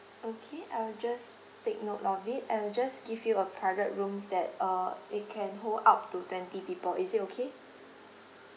okay I will just take note of it I will just give you a private rooms that uh it can hold up to twenty people is it okay